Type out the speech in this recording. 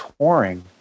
touring